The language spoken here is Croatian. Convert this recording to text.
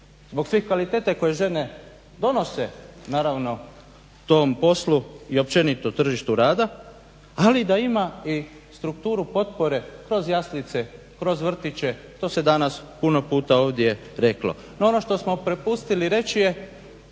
Zbog te kvalitete koje žene donose naravno tom poslu i općenito tržištu rada, ali da ima i strukturu potpore kroz jaslice, kroz vrtiće. To se danas puno puta ovdje reklo. No, ono što smo propustili reći da